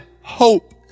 hope